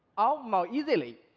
ah more easily,